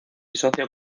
socio